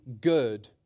good